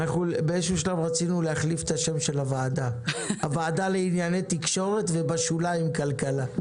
רצינו להחליף את שם הוועדה: הוועדה לענייני תקשורת ובשוליים כלכלה,